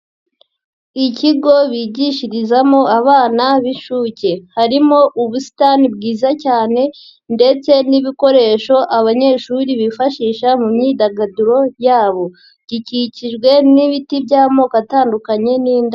Ikigo bigishirizamo abana b'inshuke harimo ubusitani bwiza cyane ndetse ni ibikoresho abanyeshuri bifashisha mu myidagaduro yabo, gikikijwe n'ibiti by'amoko atandukanye n'indabo.